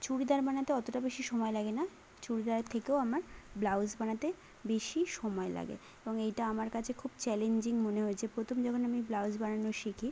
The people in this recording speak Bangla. চুড়িদার বানাতে অতটা বেশি সময় লাগে না চুড়িদারের থেকেও আমার ব্লাউজ বানাতে বেশি সময় লাগে এবং এইটা আমার কাছে খুব চ্যালেঞ্জিং মনে হয়েছে প্রথম যখন আমি ব্লাউজ বানানো শিখি